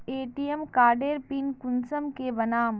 ATM कार्डेर pin कुंसम के बनाम?